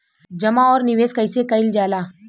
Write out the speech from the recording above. जमा और निवेश कइसे कइल जाला?